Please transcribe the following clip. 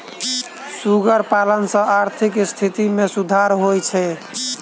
सुगर पालन सॅ आर्थिक स्थिति मे सुधार होइत छै